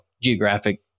geographic